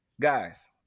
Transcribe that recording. Guys